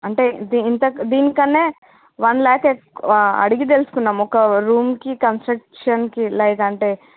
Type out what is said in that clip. అంటే దిని తక్ దీనికన్నా వన్ ల్యాక్ ఎక్కువ అడిగి తెలుసుకున్నాము ఒక రూముకి కన్స్ట్రక్షన్కి లేదంటే